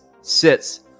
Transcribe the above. sits